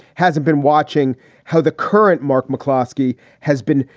hasn't been watching how the current mark mcclosky has been.